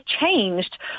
changed